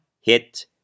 hit